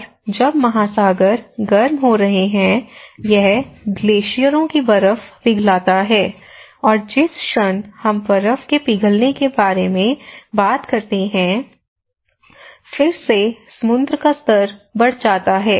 और जब महासागर गर्म हो रहे हैं यह ग्लेशियरों की बर्फ पिघलाता है और जिस क्षण हम बर्फ के पिघलने के बारे में बात करते हैं फिर से समुद्र का स्तर बढ़ जाता है